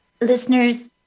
listeners